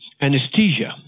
anesthesia